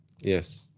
Yes